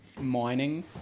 mining